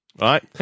right